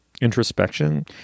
introspection